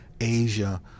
Asia